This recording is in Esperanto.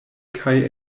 kaj